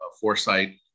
foresight